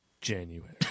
January